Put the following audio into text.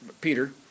Peter